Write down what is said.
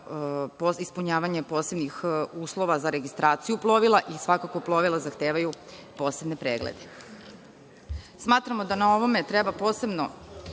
ispunjavanje posebnih uslova za registraciju plovila i svakako plovila zahtevaju posebne preglede. Smatramo da na ovome treba posebno